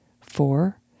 four